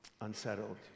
unsettled